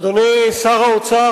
אדוני שר האוצר,